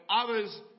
others